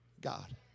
God